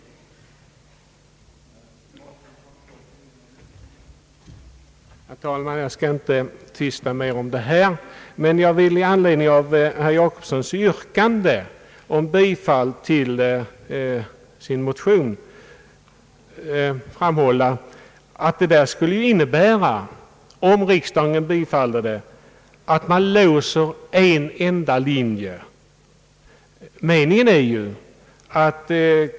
Vilket visserligen formellt medför en förlängning av studietiden med en termin, men i realiteten icke skulle få denna följd.